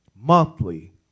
Monthly